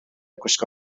gwisgo